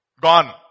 gone